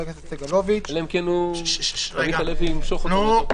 הכנסת סגלוביץ' --- אלא אם חבר הכנסת הלוי ימשוך אותה.